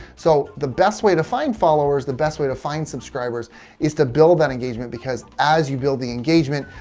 so the best way to find followers the best way to find subscribers is to build that engagement because as you build the engagement,